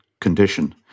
condition